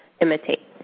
imitate